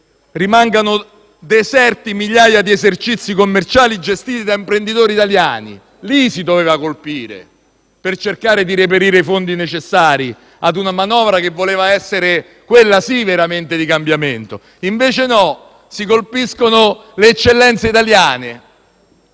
Rimangono deserti migliaia di esercizi commerciali gestiti da imprenditori italiani. Lì si doveva colpire per cercare di reperire i fondi necessari ad una manovra che doveva essere, quella sì, veramente di cambiamento. E invece no, si colpiscono le eccellenze italiane,